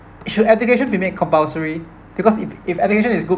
should education be made compulsory because if if education is good